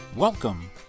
Welcome